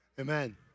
Amen